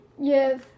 yes